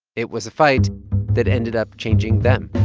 it was a fight that ended up changing them